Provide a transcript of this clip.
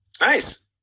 Nice